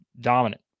dominant